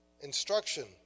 instruction